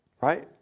right